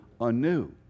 anew